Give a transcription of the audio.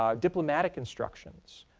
um diplomatic instructions,